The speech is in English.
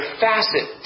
facet